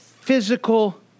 Physical